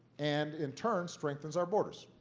and in turn, strengthens our borders.